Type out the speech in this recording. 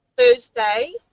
Thursday